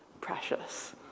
precious